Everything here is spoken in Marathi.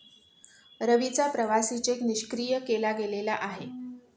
रवीचा प्रवासी चेक निष्क्रिय केला गेलेला आहे